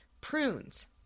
Prunes